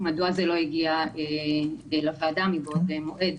מדוע הם לא הגיעו לוועדה מבעוד מועד.